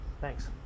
Thanks